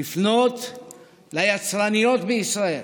לפנות ליצרניות בישראל.